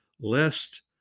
lest